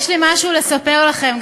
יש לי משהו לספר לכם,